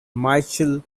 michelle